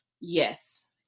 Yes